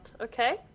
okay